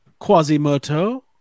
Quasimoto